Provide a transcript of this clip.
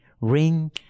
Ring